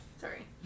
Sorry